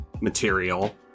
material